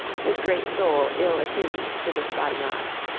his great soul ill-attuned to this badinage,